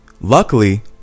Luckily